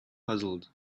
puzzled